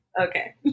Okay